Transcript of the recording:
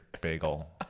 bagel